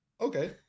okay